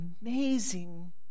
amazing